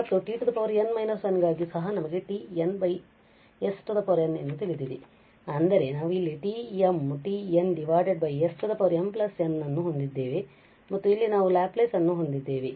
ಮತ್ತು t n−1 ಗಾಗಿಯೂ ಸಹ ನಮಗೆ Γ s n ಎಂದು ತಿಳಿದಿದೆ ಅಂದರೆ ನಾವು ಇಲ್ಲಿ ΓΓ smn ಅನ್ನು ಹೊಂದಿದ್ದೇವೆ ಮತ್ತು ಇಲ್ಲಿ ನಾವು ಲ್ಯಾಪ್ಲೇಸ್ ಅನ್ನು ಹೊಂದಿದ್ದೇವೆ